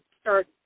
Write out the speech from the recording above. start